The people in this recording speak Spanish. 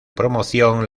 promoción